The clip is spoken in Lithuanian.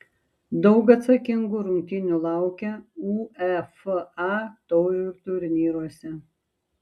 daug atsakingų rungtynių laukia uefa taurių turnyruose